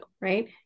right